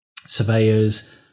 surveyors